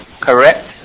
correct